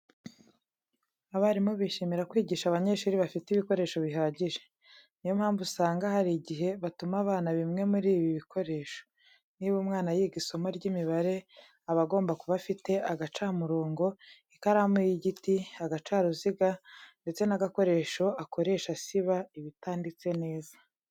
Abarimu bishimira kwigisha abanyeshuri bafite ibikoresho bihagije. Ni yo mpamvu usanga hari igihe batuma abana bimwe muri ibi bikoresho. Niba umwana yiga isomo ry'imibare aba agomba kuba afite agacamurongo, ikaramu y'igiti, agacaruziga ndetse n'agakoresho akoresha asiba ibitanditse neza.